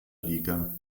liga